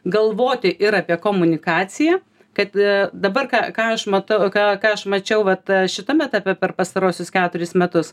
galvoti ir apie komunikaciją kad dabar ką aš matau ką ką aš mačiau vat šitam etape per pastaruosius keturis metus